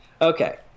Okay